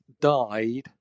died